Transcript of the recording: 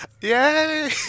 Yay